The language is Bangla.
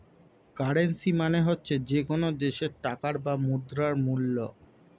কারেন্সী মানে হচ্ছে যে কোনো দেশের টাকার বা মুদ্রার মূল্য